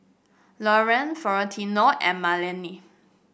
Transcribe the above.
Lorrayne Florentino and Melany